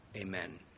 amen